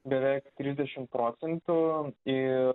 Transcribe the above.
beveik trisdešim procentų ir